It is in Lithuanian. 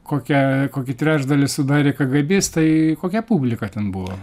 kokią kokį trečdalį sudarė kėgėbistai kokia publika ten buvo